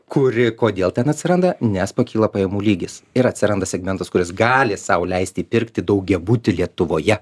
kuri kodėl ten atsiranda nes pakyla pajamų lygis ir atsiranda segmentas kuris gali sau leisti pirkti daugiabutį lietuvoje